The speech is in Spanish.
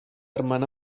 hermana